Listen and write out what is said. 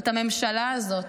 זאת הממשלה הזאת,